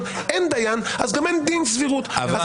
שגם אותה רמסת ולא --- גור,